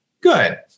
good